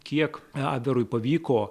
kiek abverui pavyko